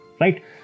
right